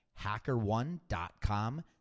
HackerOne.com